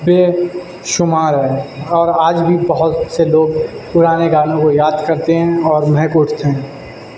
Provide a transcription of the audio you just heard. بے شمار ہے اور آج بھی بہت سے لوگ پرانے گانوں کو یاد کرتے ہیں اور مہک اٹھتے ہیں